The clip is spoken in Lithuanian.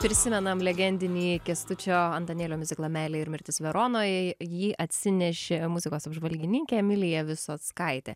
prisimenam legendinį kęstučio antanėlio miuziklą meilė ir mirtis veronoj jį atsinešė muzikos apžvalgininkė emilija visockaitė